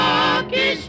Rocky